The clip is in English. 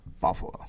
Buffalo